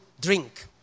drink